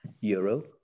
euro